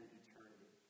eternity